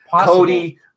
Cody